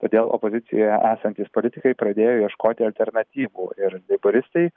todėl opozicijoje esantys politikai pradėjo ieškoti alternatyvų ir leiboristai